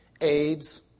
AIDS